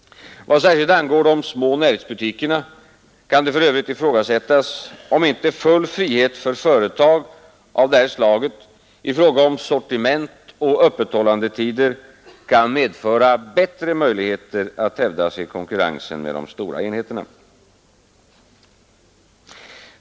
Vad särskilt angår de små närhetsbutikerna kan för övrigt ifrågasättas om inte full frihet för företag av detta slag i fråga om sortiment och öppethållandetider kan medföra bättre möjligheter att hävda sig i konkurrensen med de stora enheterna.